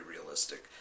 realistic